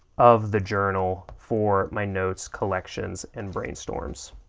of the journal for my notes, collections, and brainstorms.